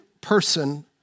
person